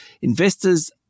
investors